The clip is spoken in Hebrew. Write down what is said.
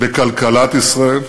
בכלכלת ישראל,